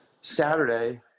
Saturday